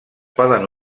poden